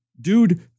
Dude